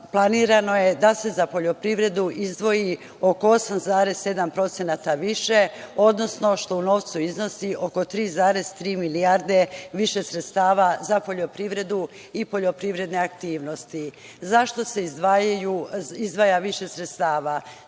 planirano je da se za poljoprivredu izdvoji oko 8,7% više, što u novcu iznosi oko 3,3 milijarde više sredstava za poljoprivredu i poljoprivredne aktivnosti.Zašto se izdvaja više sredstava?